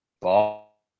ball